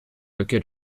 lequel